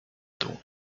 dół